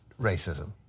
racism